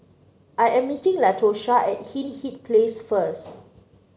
I am meeting Latosha at Hindhede Place first